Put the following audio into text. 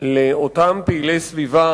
לאותם פעילי סביבה